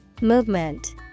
Movement